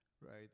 right